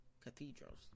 cathedrals